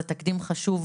זה תקדים חשוב,